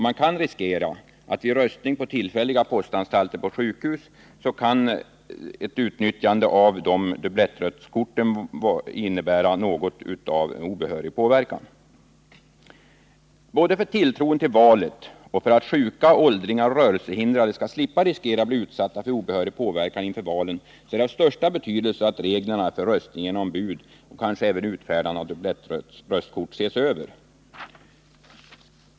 Man kan riskera att vid röstning på tillfällig postanstalt på sjukhus så kan ett utnyttjande av dubblettröstkorten innebära något av obehörig påverkan. Både för tilltron till valet och för att sjuka, åldringar och rörelsehindrade skall slippa riskera att bli utsatta för obehörig påverkan inför valen är det av största betydelse att reglerna för röstning genom bud och kanske även utfärdande av dubblettröstkort ses över.